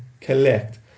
collect